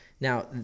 Now